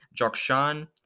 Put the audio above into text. Jokshan